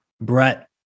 Brett